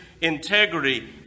integrity